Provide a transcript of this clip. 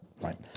right